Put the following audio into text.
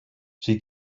she